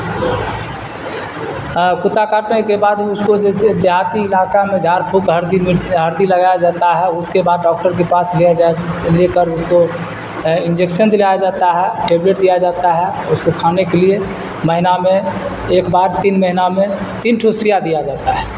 کتا کاٹنے کے بعد اس کو جیسے دیہاتی علاقہ میں جھاڑ پھونک ہلدی مر ہلدی لگایا جاتا ہے اس کے بعد ڈاکٹر کے پاس لیا جائے لے کر اس کو انجیکسن دلایا جاتا ہے ٹیبلیٹ دیا جاتا ہے اس کو کھانے کے لیے مہینہ میں ایک بعد تین مہینہ میں تین ٹھوسیا دیا جاتا ہے